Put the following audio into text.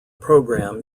program